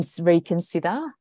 reconsider